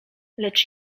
lecz